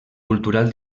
cultural